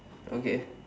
okay